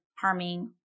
harming